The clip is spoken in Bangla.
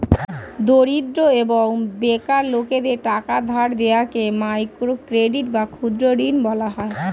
দরিদ্র এবং বেকার লোকদের টাকা ধার দেওয়াকে মাইক্রো ক্রেডিট বা ক্ষুদ্র ঋণ বলা হয়